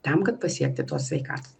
tam kad pasiekti tos sveikatos